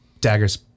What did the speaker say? daggers